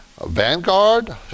Vanguard